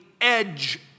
edge